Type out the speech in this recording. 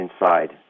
inside